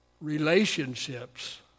Relationships